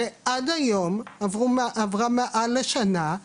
ועד היום, עברה מעל לשנה,